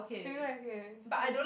it's quite okay